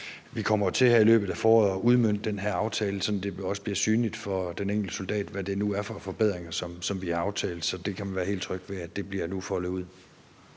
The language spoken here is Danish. af foråret til at udmønte den her aftale, så det nu også bliver synligt for den enkelte soldat, hvad det er for nogle forbedringer, som vi har aftalt. Så man kan være helt tryg ved, at det nu bliver foldet ud.